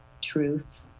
truth